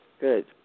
Good